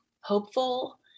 hopeful